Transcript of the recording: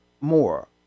more